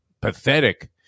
pathetic